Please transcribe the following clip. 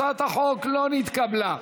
הצעת החוק לא נתקבלה.